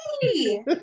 hey